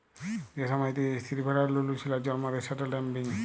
যে সময়তে ইস্তিরি ভেড়ারা লুলু ছিলার জল্ম দেয় সেট ল্যাম্বিং